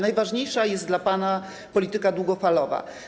Najważniejsza jest dla pana polityka długofalowa.